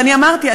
ואני אמרתי,